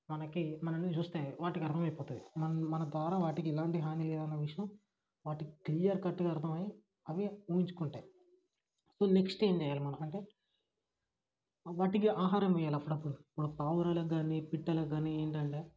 మనకి మనల్ని చూస్తాయి వాటికి అర్థమయిపోతుంది మన మన ద్వారా వాటికి ఎలాంటి హాని లేదన్న విషయం వాటికి క్లియర్కట్ట్గా అర్థమయ్యి అవి ఊహించుకుంటయి సో నెక్స్ట్ ఏం చెయ్యాలి మనం అంటే వాటికి ఆహారం వెయ్యాలి అప్పుడప్పుడు మనం పావురాలకి కానీ పిట్టలకి కానీ ఏంటంటే